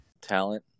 talent